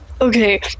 Okay